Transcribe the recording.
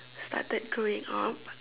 started growing up